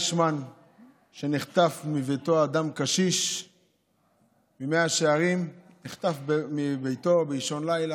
אדם קשיש במאה שערים נחטף מביתו באישון לילה.